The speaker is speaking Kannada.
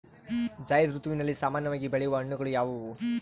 ಝೈಧ್ ಋತುವಿನಲ್ಲಿ ಸಾಮಾನ್ಯವಾಗಿ ಬೆಳೆಯುವ ಹಣ್ಣುಗಳು ಯಾವುವು?